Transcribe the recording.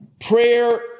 Prayer